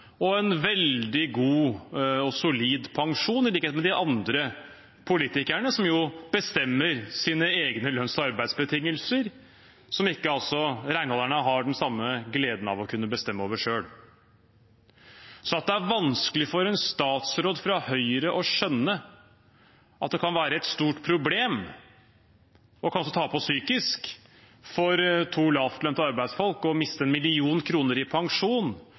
og en veldig god og solid pensjon – i likhet med de andre politikerne som bestemmer sine egne lønns- og arbeidsbetingelser, noe renholderne ikke har den samme gleden av å kunne bestemme selv. At det er vanskelig for en statsråd fra Høyre å skjønne at det kan være et stort problem og kanskje ta på psykisk for to lavtlønte arbeidsfolk å miste 1 mill. kr i pensjon,